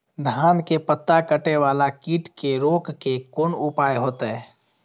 धान के पत्ता कटे वाला कीट के रोक के कोन उपाय होते?